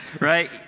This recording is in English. Right